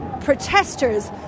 protesters